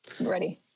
ready